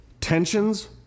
tensions